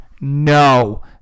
No